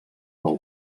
del